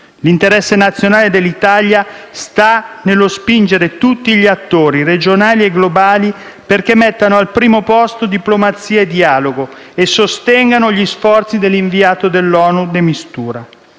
L'interesse internazionale dell'Italia sta nello spingere tutti gli attori, regionali e globali, affinché mettano al primo posto diplomazia e dialogo e sostengano l'inviato dell'ONU Staffan de Mistura.